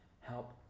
help